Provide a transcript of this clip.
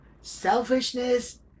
selfishness